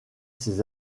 ses